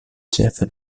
ĉefe